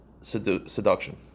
seduction